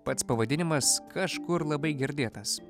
pats pavadinimas kažkur labai girdėtas